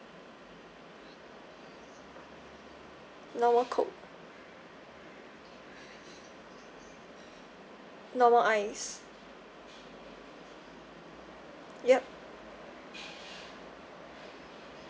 normal coke normal ice yup